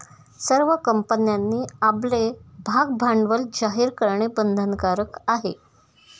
सर्व कंपन्यांनी आपले भागभांडवल जाहीर करणे बंधनकारक आहे